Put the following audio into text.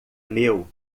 meu